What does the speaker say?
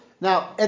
Now